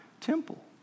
temple